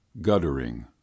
guttering